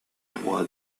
pourra